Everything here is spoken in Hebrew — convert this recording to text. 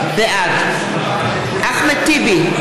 בעד אחמד טיבי,